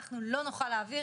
אנחנו לא נוכל להעביר